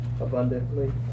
abundantly